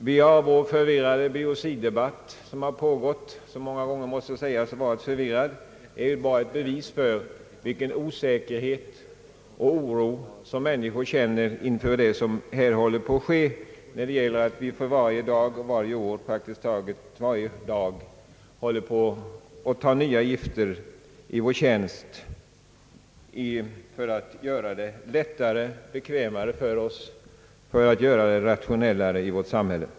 Vi har den förvirrade biociddebatt, som har pågått och som många gånger måste sägas vara ett bevis för den osäkerhet och den oro, som människor känner inför det som håller på att ske när vi för varje år och praktiskt taget för varje dag tar nya gifter i vår tjänst för att göra det lättare och bekvämare för oss och för att göra det rationellare i vårt samhälle.